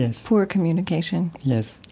yes, poor communication, yes,